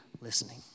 listening